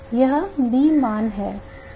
यह B मान है